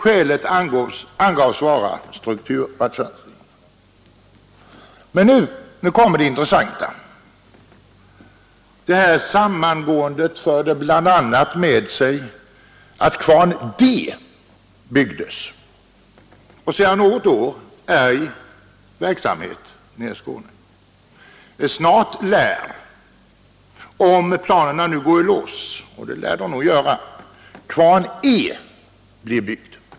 Skälet angavs vara strukturrationalisering.” Men nu kommer det intressanta: Det här samgåendet förde bl.a. med sig att kvarnen D byggdes, och sedan något år är den i verksamhet i Skåne. Snart lär, om planerna går i lås, kvarnen E bli byggd.